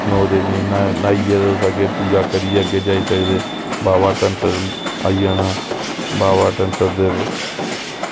नौ देवियें न्हाइयै तुस अग्गें जाई सकदे बाबा धनसर आई जाना बाबा धनसर दे